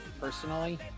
personally